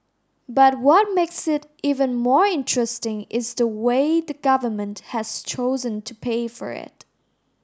but what makes it even more interesting is the way the Government has chosen to pay for it